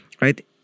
Right